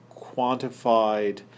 quantified